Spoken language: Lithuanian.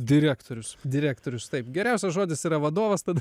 direktorius direktorius taip geriausias žodis yra vadovas tada